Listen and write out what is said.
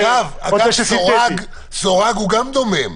אגב, סורג הוא גם דומם.